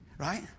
Right